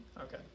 Okay